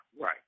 right